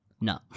No